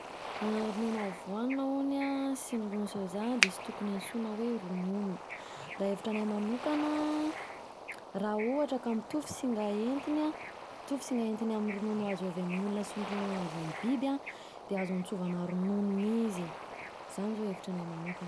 Ronono avoanina hono a, sy ronono soja de sy tokony antsoina hoe: ronona, raha hevitra anahy manokana an, raha ohatra mitovy singa entiny an, mitovy singa entiny amin'ny ronono azo avy amin'ny olona sy ny ronono avy amin'ny biby an, de azo antsovana ronono mi izy, zany zao hevitra anahy manokana.